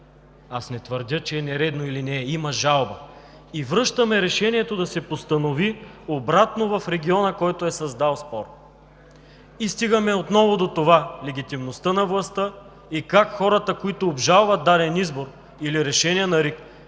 Аз не твърдя, че е нередно или не – има жалба. И връщаме решението да се постанови обратно в региона, който е създал спор. И стигаме отново до легитимността на властта и как хората, които обжалват даден избор или решение на РИК,